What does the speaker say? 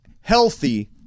healthy